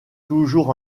toujours